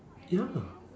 ya